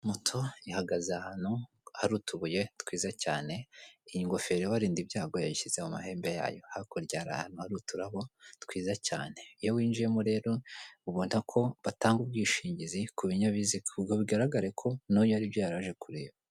Moto ihagaze ahantu hari utubuye twiza cyane, iyi ngofero ibarinda ibyago yayishyize mu mahembe yayo, hakurya hari ahantu hari uturabo twiza cyane. Iyo winjiyemo rero ubona ko batanga ubwishingizi ku binyabiziga, ubwo bigarage ko n'uyu ari byo yari aje kureba.